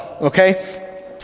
okay